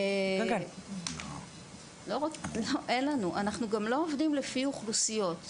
אנחנו גם לא עובדים לפי אוכלוסיות,